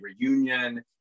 reunion